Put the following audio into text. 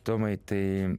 tomai tai